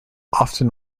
often